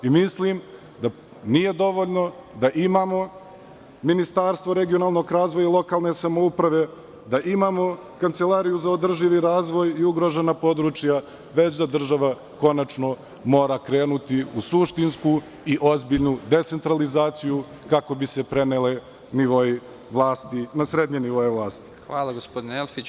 Mislim da nije dovoljno da imamo Ministarstvo regionalnog razvoja i lokalne samouprave, da imamo Kancelariju za održivi razvoj i ugrožena područja, nego država konačno mora krenuti u suštinsku i ozbiljnu decentralizaciju, kako bi se preneli nivoi vlasti. (Predsednik: Hvala, gospodine Elfiću.